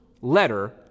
letter